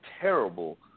terrible